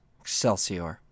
Excelsior